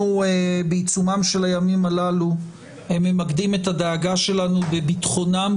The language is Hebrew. בעיצומם של הימים הללו אנחנו ממקדים את הדאגה שלנו בביטחונם,